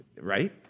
Right